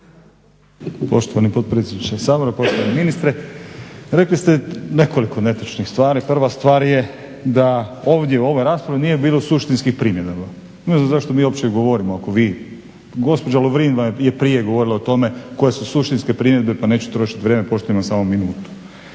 Poštovani potpredsjedniče Sabora, poštovani ministre rekli ste nekoliko netočnih stvari. Prva stvar je da ovdje u ovoj raspravi nije bilo suštinskih primjedaba. Ne znam zašto mi uopće i govorimo ako vi, gospođa Lovrin vam je prije govorila o tome koje su suštinske primjedbe pa neću trošiti vrijeme pošto imam samo minutu.